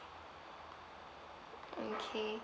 okay